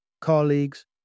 colleagues